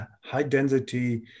high-density